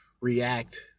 react